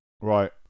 right